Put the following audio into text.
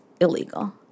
illegal